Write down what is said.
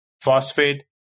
phosphate